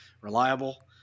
reliable